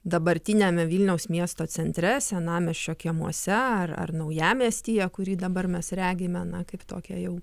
dabartiniame vilniaus miesto centre senamiesčio kiemuose ar ar naujamiestyje kurį dabar mes regime na kaip tokią jau